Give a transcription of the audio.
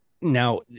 Now